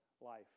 life